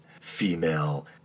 female